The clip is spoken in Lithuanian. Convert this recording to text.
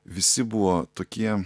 visi buvo tokie